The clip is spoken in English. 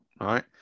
right